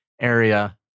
area